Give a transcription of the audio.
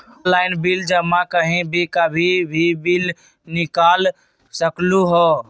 Online bill जमा कहीं भी कभी भी बिल निकाल सकलहु ह?